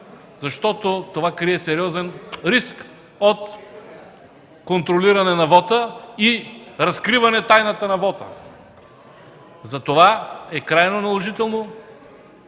защото то крие сериозен риск от контролиране на вота и разкриване тайната на вота! Затова е крайно наложително